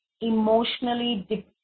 emotionally